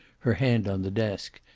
her hand on the desk,